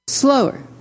Slower